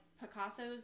Picasso's